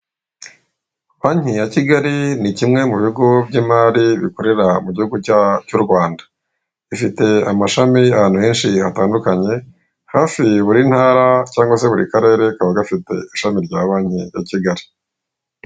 Banki ya Kigali ni kimwe mu bigo by'imari bikorera mu gihugu cya cy'u Rwanda, bifite amashami ahantu henshi hatandukanye, hafi buri Ntara cyangwa se buri Karere kaba gafite ishami rya Banki ya Kigali.